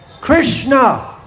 Krishna